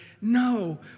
No